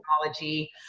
technology